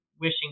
wishing